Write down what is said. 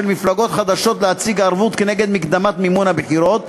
מפלגות חדשות להציג ערבות כנגד מקדמת מימון הבחירות,